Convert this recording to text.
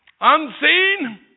Unseen